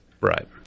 Right